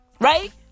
Right